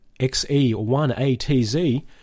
XE1ATZ